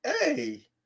hey